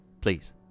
Please